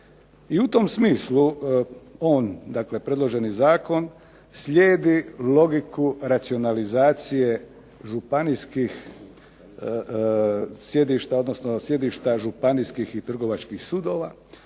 I u tom smislu on predloženi zakon slijedi logiku racionalizacije županijskih sjedišta odnosno sjedišta Županijskih i trgovačkih sudova,